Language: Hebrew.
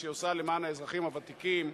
שהיא עושה למען האזרחים הוותיקים,